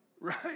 Right